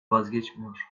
vazgeçmiyor